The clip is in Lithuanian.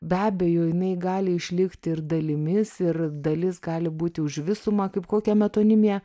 be abejo jinai gali išlikti ir dalimis ir dalis gali būti už visumą kaip kokia metonimija